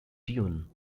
dune